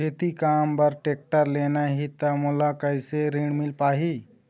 खेती काम बर टेक्टर लेना ही त मोला कैसे ऋण मिल पाही?